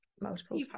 multiple